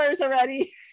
already